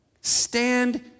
Stand